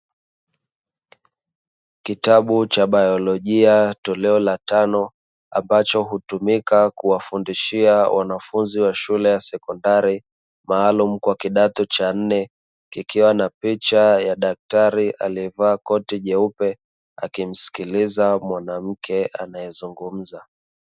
Kitabu cha biolojia toleo la tano, ambacho hutumika kuwafundisha wanafunzi wa shule ya sekondari maalumu kwa kidato cha nne, kikiwa na picha ya daktari aliyevaa koti jeupe akimsikiliza mwanamke anayezungumza.